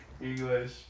English